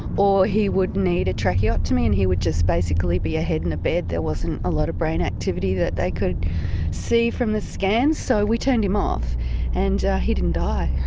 or he would need a tracheotomy and he would just basically be a head in a bed. there wasn't a lot of brain activity that they could see from the scan. so we turned him off and he didn't die.